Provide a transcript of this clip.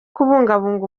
kubungabunga